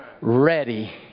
ready